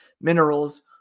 minerals